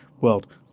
world